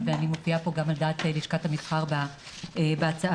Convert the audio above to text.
ככה שמבחינת